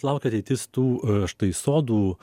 laukia ateitis tų štai sodų